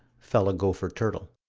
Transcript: fell a gopher turtle.